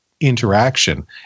interaction